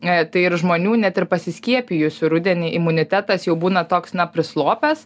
tai ir žmonių net ir pasiskiepijusių rudenį imunitetas jau būna toks na prislopęs